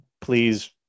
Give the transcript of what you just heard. please